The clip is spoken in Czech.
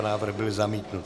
Návrh byl zamítnut.